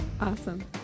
Awesome